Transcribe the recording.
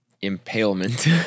Impalement